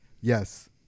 Yes